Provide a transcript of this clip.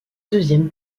deuxième